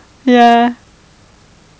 ya